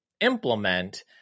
implement